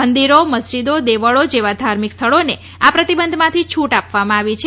મંદિરો મસ્જિદો દેવળો જેવા ધાર્મિક સ્થળોને આ પ્રતિબંધમાં છુટ આપવામાં આવી છે